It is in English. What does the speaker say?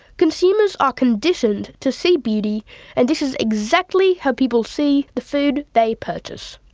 consumers are conditioned to see beauty and this is exactly how people see the food they purchase.